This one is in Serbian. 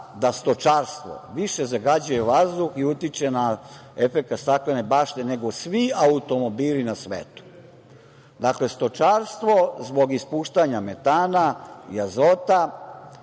da stočarstvo više zagađuje vazduh i utiče na efekat staklene bašte nego svi automobili na svetu? Dakle, stočarstvo zbog ispuštanja metana i azota,